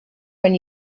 when